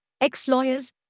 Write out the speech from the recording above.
ex-lawyers